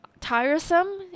tiresome